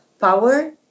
power